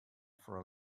for